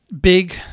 big